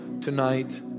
tonight